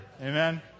Amen